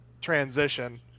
transition